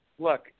Look